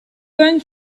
going